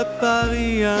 Paris